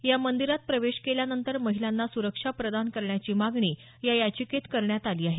या मंदीरात प्रवेश केल्यानंतर महिलांना सुरक्षा प्रदान करण्याची मागणी या याचिकेत करण्यात आली आहे